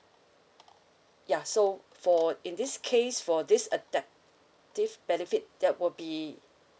ya so for in this case for this adaptive benefit that will be